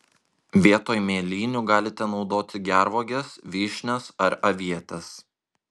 vietoj mėlynių galite naudoti gervuoges vyšnias ar avietes